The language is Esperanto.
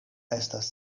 estas